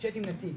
צ'ט עם נציג,